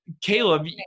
Caleb